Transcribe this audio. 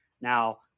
Now